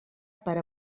per